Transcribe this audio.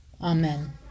Amen